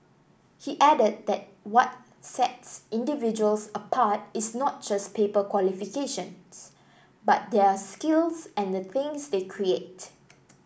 he added that what sets individuals apart is not just paper qualifications but their skills and the things they create